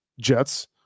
Jets